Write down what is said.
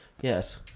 Yes